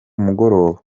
mugoroba